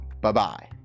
Bye-bye